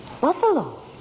Buffalo